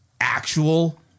actual